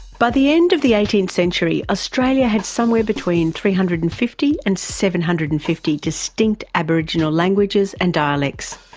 by the end of the eighteenth century australia had somewhere between three hundred and fifty and seven hundred and fifty distinct aboriginal languages and dialects.